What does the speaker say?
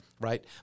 right